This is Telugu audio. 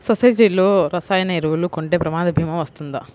సొసైటీలో రసాయన ఎరువులు కొంటే ప్రమాద భీమా వస్తుందా?